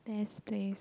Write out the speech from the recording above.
best place